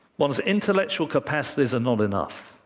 one's intellectual capacity is not enough,